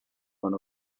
one